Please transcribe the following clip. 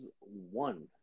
one